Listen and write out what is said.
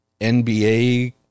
NBA